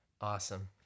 Awesome